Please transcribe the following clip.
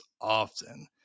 often